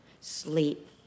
sleep